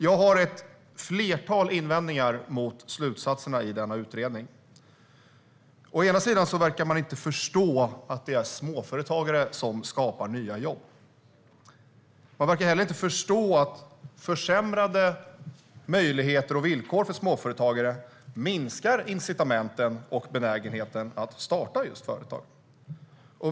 Jag har ett flertal invändningar mot slutsatserna i denna utredning. Å ena sidan verkar man inte förstå att det är småföretagare som skapar nya jobb. Å andra sidan verkar man inte heller förstå att försämrade möjligheter och villkor för småföretagare minskar incitamenten och benägenheten att starta företag.